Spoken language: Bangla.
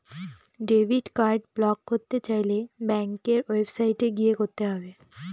ডেবিট কার্ড ব্লক করতে চাইলে ব্যাঙ্কের ওয়েবসাইটে গিয়ে করতে হবে